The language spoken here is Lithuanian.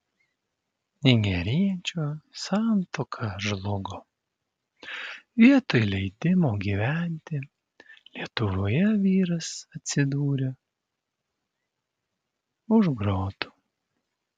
nigeriečio santuoka žlugo vietoj leidimo gyventi lietuvoje vyras atsidūrė už grotų